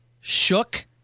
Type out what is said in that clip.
shook